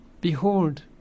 behold